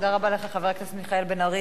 תודה רבה לך, חבר הכנסת מיכאל בן-ארי.